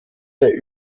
der